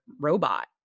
robot